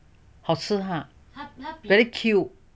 好吃吗 very Q